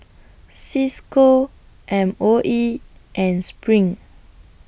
CISCO M O E and SPRING